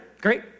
great